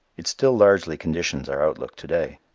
it still largely conditions our outlook to-day.